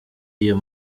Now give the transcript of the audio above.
iyo